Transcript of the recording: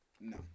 no